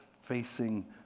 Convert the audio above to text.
facing